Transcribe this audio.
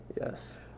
Yes